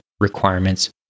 requirements